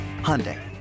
Hyundai